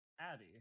Abby